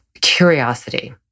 curiosity